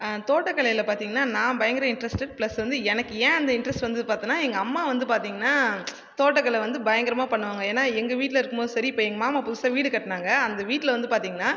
தோட்டக்கலைல பார்த்தீங்ன்னா நான் பயங்கர இன்ட்ரஸ்டட் பிளஸ் வந்து எனக்கு ஏன் அந்த இன்ட்ரஸ்ட் வந்தது பார்த்தம்னா எங்கள் அம்மா வந்து பார்த்தீங்ன்னா தோட்டக்கலை வந்து பயங்கரமாக பண்ணுவாங்க ஏன்னால் எங்கள் வீட்டில் இருக்கும் போதும் சரி இப்போ எங்கள் மாமா புதுசாக வீடு கட்டுனாங்க அந்த வீட்டில் வந்து பார்த்தீங்கன்னா